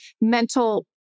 mental